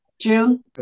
June